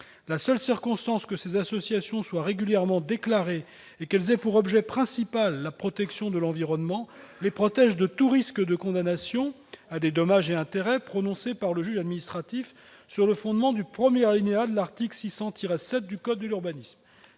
La seule circonstance que ces associations soient régulièrement déclarées et qu'elles aient pour objet principal la protection de l'environnement les protège de tout risque de condamnation à des dommages et intérêts prononcée par le juge administratif sur le fondement du premier alinéa de l'article L. 600-7 du code de l'urbanisme.